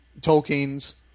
Tolkien's